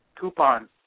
coupon